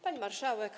Pani Marszałek!